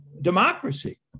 democracy